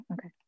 Okay